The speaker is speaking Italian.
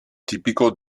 tipico